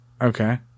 Okay